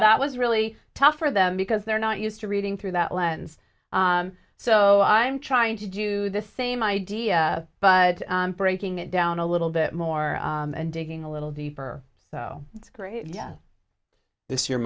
that was really tough for them because they're not used to reading through that lens so i'm trying to do the same idea but breaking it down a little bit more and digging a little deeper so it's great yeah this year